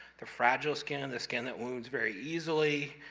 the fragile skin, and the skin that wounds very easily.